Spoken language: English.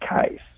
case